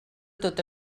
tot